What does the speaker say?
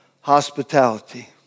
hospitality